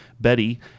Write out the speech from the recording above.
Betty